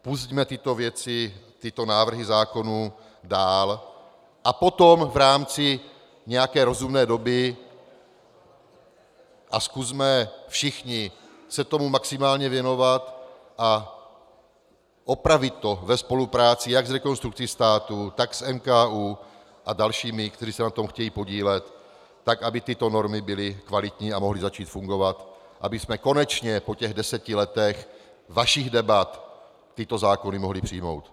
Pusťme tyto věci, tyto návrhy zákonů, dál a potom v rámci nějaké rozumné doby se tomu zkusme všichni maximálně věnovat a opravit to ve spolupráci jak s Rekonstrukcí státu, tak s NKÚ a dalšími, kteří se na tom chtějí podílet, tak, aby tyto normy byly kvalitní a mohly začít fungovat, abychom konečně po těch deseti letech vašich debat tyto zákony mohli přijmout.